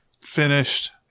finished